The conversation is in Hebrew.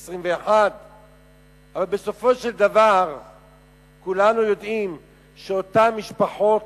21. אבל בסופו של דבר כולנו יודעים שאותן משפחות